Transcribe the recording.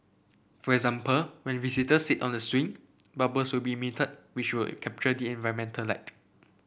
for example when visitors sit on the swing bubbles will be emitted which will capture the environmental light